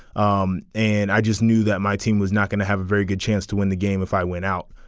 um and i just knew that my team was not going to have a very good chance to win the game if i went out.